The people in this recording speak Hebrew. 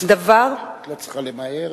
דבר את לא צריכה למהר.